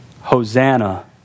Hosanna